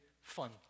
fun